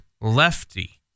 Lefty